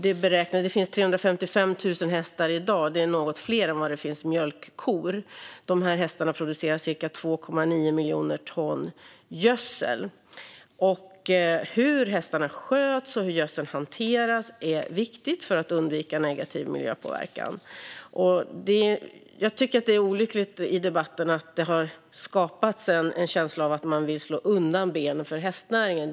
Det finns i dag 355 000 hästar. Det är något fler än vad det finns mjölkkor. De här hästarna producerar cirka 2,9 miljoner ton gödsel. Hur hästarna sköts och hur gödseln hanteras är viktigt för att undvika negativ miljöpåverkan. Det är olyckligt i debatten att det har skapats en känsla av att man vill slå undan benen för hästnäringen.